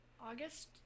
august